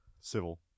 civil